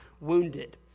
wounded